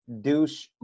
douche